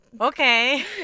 okay